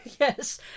yes